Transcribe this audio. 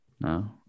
No